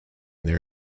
their